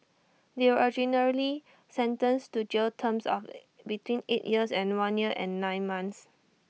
they were originally sentenced to jail terms of between eight years and one year and nine months